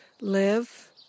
live